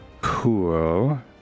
Cool